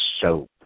soap